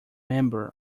member